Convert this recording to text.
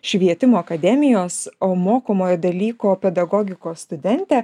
švietimo akademijos o mokomojo dalyko pedagogikos studentę